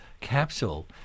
capsule